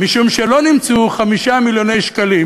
משום שלא נמצאו 5 מיליוני שקלים